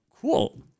Cool